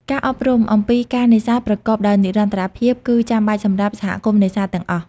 ការអប់រំ អំពីការនេសាទប្រកបដោយនិរន្តរភាពគឺចាំបាច់សម្រាប់សហគមន៍នេសាទទាំងអស់។